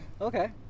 Okay